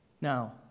Now